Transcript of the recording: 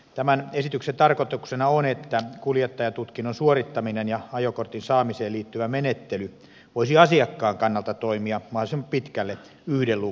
tämän esityksen tarkoituksena on että kuljettajantutkinnon suorittaminen ja ajokortin saamiseen liittyvä menettely voisivat asiakkaan kannalta toimia mahdollisimman pitkälle yhden luukun periaatteella